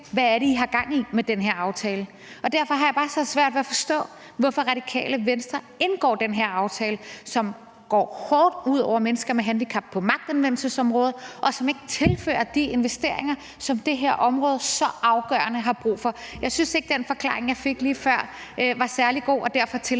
Hvad er det, I har gang i med den her aftale? Derfor har jeg bare så svært ved at forstå, hvorfor Radikale Venstre indgår den her aftale, som går hårdt ud over mennesker med handicap på magtanvendelsesområdet, og som ikke tilfører de investeringer, som det her område så afgørende har brug for. Jeg synes ikke, den forklaring, jeg fik lige før, var særlig god, og derfor tillader